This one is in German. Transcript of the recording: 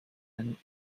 einem